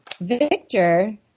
Victor